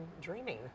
dreaming